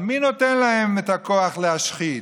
אבל מי נותן להם את הכוח להשחית?